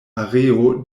areo